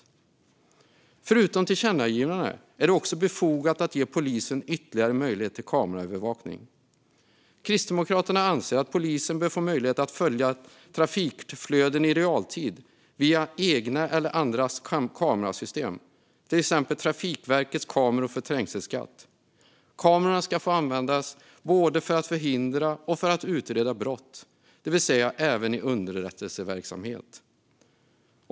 Vid sidan av tillkännagivandena är det också befogat att ge polisen ytterligare möjligheter till kameraövervakning. Kristdemokraterna anser att polisen bör få möjlighet att följa trafikflöden i realtid via egna eller andras kamerasystem, till exempel Trafikverkets kameror för trängselskatt. Kamerorna ska få användas både för att förhindra och för att utreda brott, det vill säga även i underrättelseverksamhet.